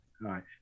right